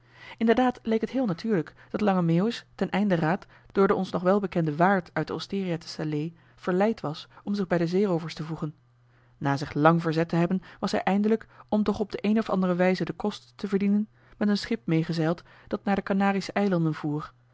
inderdaad leek het heel natuurlijk dat lange meeuwis ten einde raad door den ons nog wel bekenden waard uit de osteria te salé verleid was om zich bij de zeeroovers te voegen na zich lang verzet te hebben was hij eindelijk om toch op de een of andere wijze den kost te verdienen met een schip meegezeild dat naar de kanarische eilanden voer